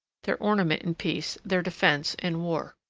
their ornament in peace, their defence in war.